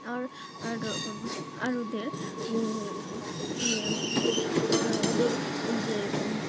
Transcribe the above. আর আর আর ওদের আর কী বলি আর ওদের যে